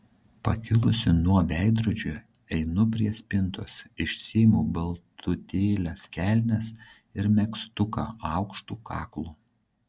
pakilusi nuo veidrodžio einu prie spintos išsiimu baltutėles kelnes ir megztuką aukštu kaklu